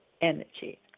energy